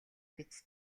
биз